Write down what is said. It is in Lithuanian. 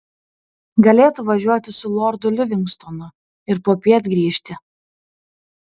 galėtų važiuoti su lordu livingstonu ir popiet grįžti